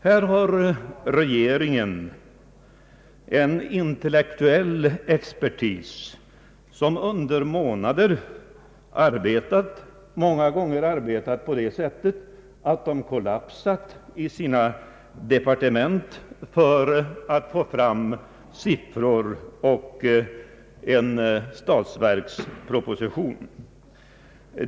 Här har regeringen en intellektuell expertis, som under månader — många gånger på det sättet att vederbörande har kollapsat i sina departement — har arbetat för att få fram siffror till en statsverksproposition.